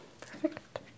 Perfect